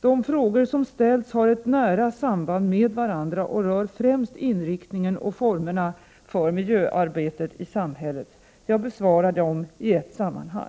De frågor som ställts har ett nära samband med varandra och rör främst inriktningen och formerna för miljöarbetet i samhället. Jag besvarar dem i ett sammanhang.